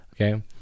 okay